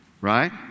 right